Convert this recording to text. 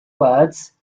words